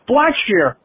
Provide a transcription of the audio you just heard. Blackshear